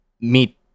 meet